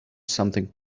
something